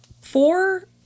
four